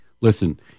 Listen